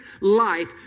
life